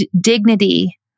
dignity